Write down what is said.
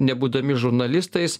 nebūdami žurnalistais